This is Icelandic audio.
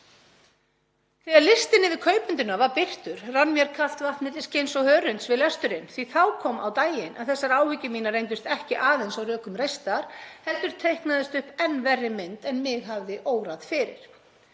Þegar listinn yfir kaupendurna var birtur rann mér kalt vatn milli skinns og hörunds við lesturinn því að þá kom á daginn að þessar áhyggjur mínar reyndust ekki aðeins á rökum reistar heldur teiknaðist upp enn verri mynd en mig hafði órað fyrir.